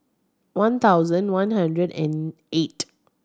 one thousand one hundred and eight